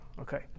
Okay